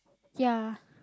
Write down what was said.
ya